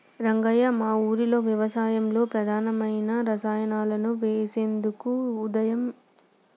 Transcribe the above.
రంగయ్య మా ఊరిలో వ్యవసాయంలో ప్రమాధమైన రసాయనాలను నివేదించడానికి ఉద్యమం సేసారు